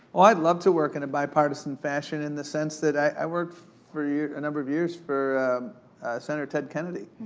i'd love to work in a bipartisan fashion in the sense that i work for a number of years for senator ted kennedy.